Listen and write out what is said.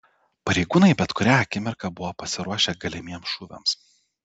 pareigūnai bet kurią akimirką buvo pasiruošę galimiems šūviams